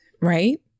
Right